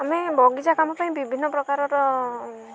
ଆମେ ବଗିଚା କାମ ପାଇଁ ବିଭିନ୍ନ ପ୍ରକାରର